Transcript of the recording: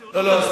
לא,